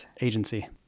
agency